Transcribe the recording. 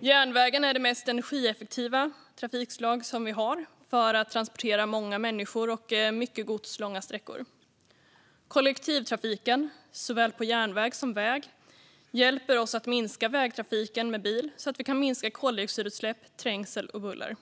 Järnvägen är det mest energieffektiva trafikslag vi har för att transportera många människor och mycket gods långa sträckor. Kollektivtrafiken, såväl på järnväg som på väg, hjälper oss att minska vägtrafiken med bil så att vi kan minska koldioxidutsläpp, trängsel och buller.